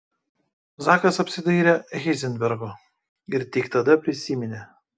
zakas apsidairė heizenbergo ir tik tada prisiminė